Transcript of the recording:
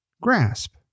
grasp